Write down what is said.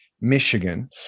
Michigan